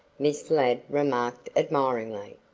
miss ladd remarked admiringly.